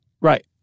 Right